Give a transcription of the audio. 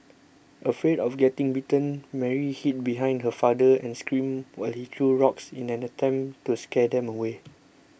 afraid of getting bitten Mary hid behind her father and screamed while he threw rocks in an attempt to scare them away